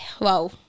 Wow